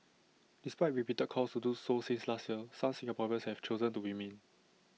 despite repeated calls to do so since last year some Singaporeans have chosen to remain